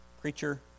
creature